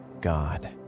God